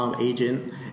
Agent